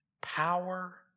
power